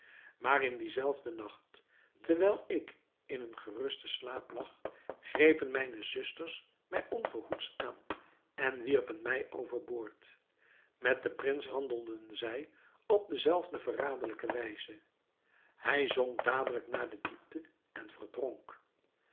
maar in dienzelfden nacht terwijl ik in een gerusten slaap lag grepen mijne zusters mij onverhoeds aan en wierpen mij over boord met den prins handelden zij op dezelfde verraderlijke wijze hij zonk dadelijk naar de diepte en verdronk